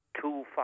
two